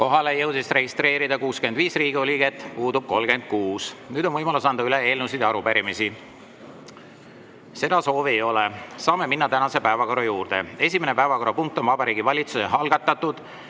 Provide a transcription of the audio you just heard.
Kohalolijaks jõudis registreeruda 65 Riigikogu liiget, puudub 36. Nüüd on võimalus anda üle eelnõusid ja arupärimisi. Seda soovi ei ole. Saame minna tänase päevakorra juurde. Esimene päevakorrapunkt on Vabariigi Valitsuse algatatud